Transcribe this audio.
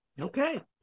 Okay